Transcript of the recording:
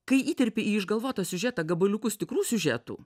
kai įterpi į išgalvotą siužetą gabaliukus tikrų siužetų